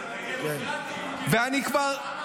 ודמוקרטיים.